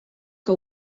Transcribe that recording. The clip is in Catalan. que